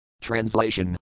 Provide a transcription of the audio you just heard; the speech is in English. Translation